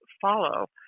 follow